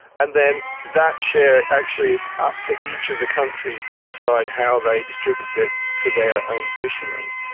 and then that share, actually it's up to each of the countries to decide how they distribute it to their own fishermen.